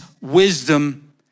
wisdom